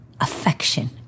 Affection